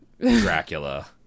Dracula